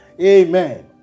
Amen